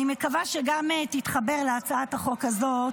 אני מקווה שתתחבר גם להצעת החוק הזאת